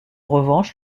revanche